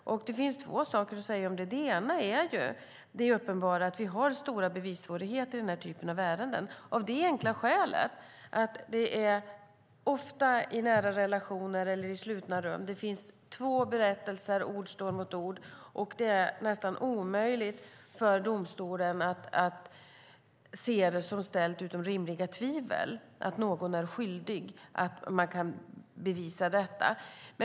Det finns två saker att säga om det. Det ena är det uppenbara att det är stora bevissvårigheter i den typen av ärenden, av det enkla skälet att det ofta är i nära relationer eller i slutna rum som övergreppen sker. Det är två berättelser, och ord står mot ord. Det är nästan omöjligt för domstolen att se det som ställt utom rimligt tvivel att någon är skyldig och bevisa det.